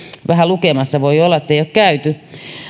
vähän lukemassa voi olla että ei ole käyty